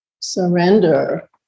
surrender